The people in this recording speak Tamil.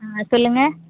ஆ சொல்லுங்கள்